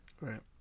Right